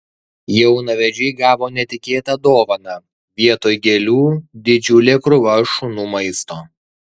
jaunavedžiai gavo netikėtą dovaną vietoj gėlių didžiulė krūva šunų maisto